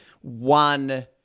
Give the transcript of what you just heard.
one